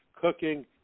cooking